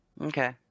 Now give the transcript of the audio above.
Okay